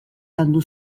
landu